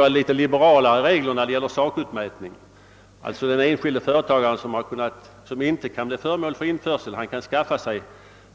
Man liberaliserar reglerna när det gäller sakutmätning så att den enskilde företagaren, som inte kan göras till föremål för införsel, kan skaffa sig